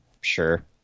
Sure